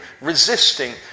resisting